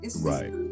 Right